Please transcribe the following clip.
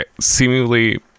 seemingly